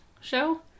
show